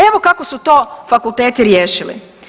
Evo kako su to fakulteti riješili.